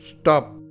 Stop